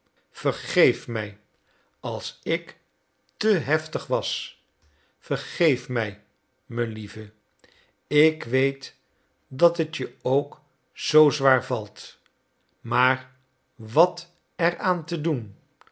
vergeef mij als ik te heftig was vergeef mij melieve ik weet dat het je ook zoo zwaar valt maar wat er aan te doen